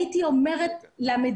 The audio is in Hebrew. הייתי אומר למדינה: